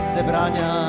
Zebrania